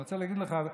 אני רוצה להגיד לך,